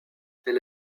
elle